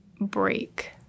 break